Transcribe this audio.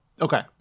Okay